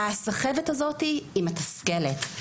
הסחבת הזאת היא מתסכלת.